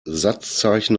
satzzeichen